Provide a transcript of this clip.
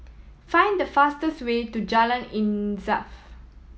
find the fastest way to Jalan Insaf